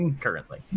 currently